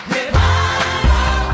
Revival